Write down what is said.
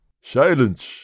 Silence